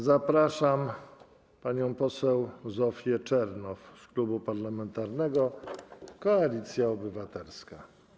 Zapraszam panią poseł Zofię Czernow z Klubu Parlamentarnego Koalicja Obywatelska.